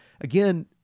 again